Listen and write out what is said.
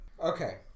okay